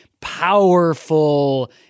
powerful